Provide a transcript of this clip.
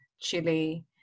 chili